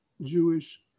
Jewish